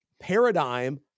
paradigm